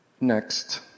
Next